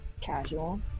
casual